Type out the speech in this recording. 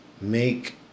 make